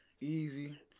Easy